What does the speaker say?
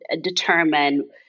determine